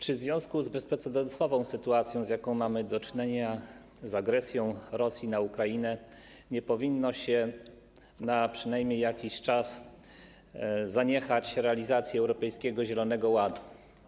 Czy związku z bezprecedensową sytuacją, z którą mamy do czynienia, z agresją Rosji na Ukrainę, nie powinno się przynajmniej na jakiś czas zaniechać realizacji Europejskiego Zielonego Ładu?